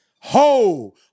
Ho